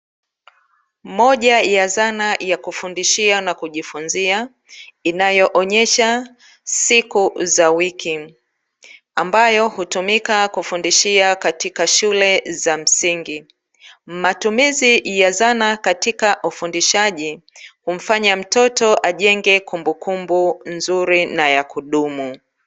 Moja ya zana ya kufundishia na kujifunzia inayoonyesha siku za wiki, ambayo hutumika kufundishia katika shule za msingi, matumizi ya zana katika ufundishaji, humfanya mtoto ajenge kumbukumbu nzuri na ya kudumu.